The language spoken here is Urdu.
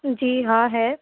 جی ہاں ہے